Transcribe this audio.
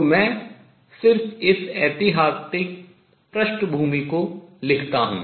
तो मैं सिर्फ इस ऐतिहासिक पृष्ठभूमि को लिखता हूँ